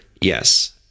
Yes